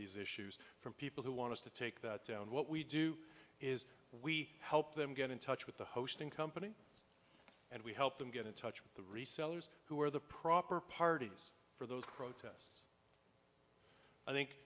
these issues from people who want to take that down what we do is we help them get in touch with the hosting company and we help them get in touch with the resellers who are the proper parties for those protests i think